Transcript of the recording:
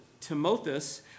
Timothus